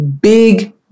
big